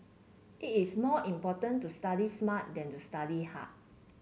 it is more important to study smart than to study hard